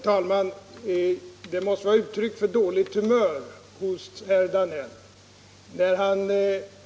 Herr talman!